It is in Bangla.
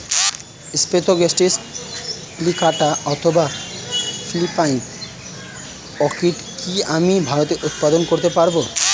স্প্যাথোগ্লটিস প্লিকাটা অথবা ফিলিপাইন অর্কিড কি আমি ভারতে উৎপাদন করতে পারবো?